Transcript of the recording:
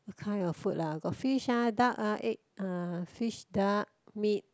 what kind of food ah got fish ah duck ah egg ah fish duck meat